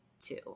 two